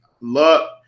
Luck